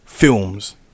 films